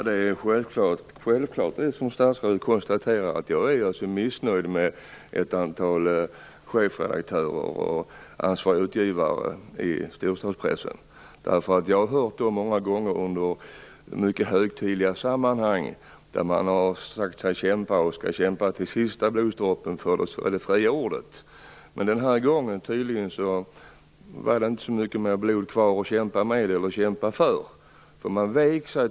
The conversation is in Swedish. Herr talman! Det är självklart så som statsrådet konstaterar, att jag är missnöjd med ett antal chefredaktörer och ansvariga utgivare i storstadspressen. Jag har hört dem många gånger i högtidliga sammanhang säga att de till sista blodsdroppen skall kämpa för det fria ordet. Men den här gången var det inte så mycket blod kvar att kämpa med eller kämpa för. Man vek sig.